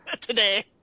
today